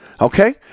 Okay